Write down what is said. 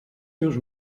seus